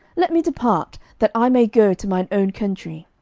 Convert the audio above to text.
let me depart, that i may go to mine own country.